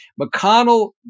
McConnell